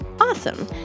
Awesome